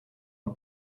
een